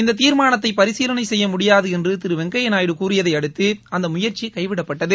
இந்த தீர்மானத்தை பரிசீலனை செய்ய முடியாது என்று திரு வெங்கையா நாயுடு கூறியதை அடுத்து அந்த முயற்சி கைவிடப்பட்டது